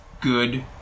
good